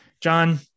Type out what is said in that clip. John